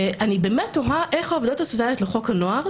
אני באמת תוהה איך העובדות הסוציאליות לחוק הנוער,